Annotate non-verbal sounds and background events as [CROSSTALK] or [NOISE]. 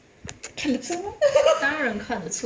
看得出吗 [LAUGHS]